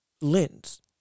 lens